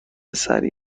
سریع